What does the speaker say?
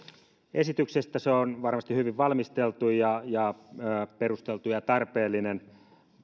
esityksestä se on varmasti hyvin valmisteltu ja ja perusteltu ja tarpeellinen